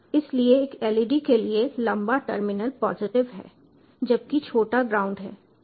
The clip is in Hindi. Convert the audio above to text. इसलिए एक LED के लिए लंबा टर्मिनल पॉजिटिव है जबकि छोटा ग्राउंड है